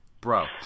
bro